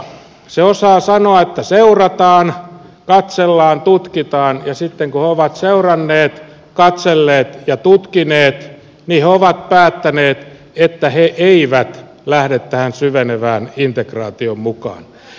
se osaa sanoa että seurataan katsellaan tutkitaan ja sitten kun he ovat seuranneet katselleet ja tutkineet niin he ovat päättäneet että he eivät lähde tähän syvenevään integraatioon mukaan